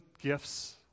gifts